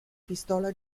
pistola